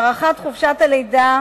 הארכת חופשת הלידה